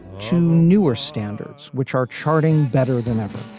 to newer standards, which are charting better than ever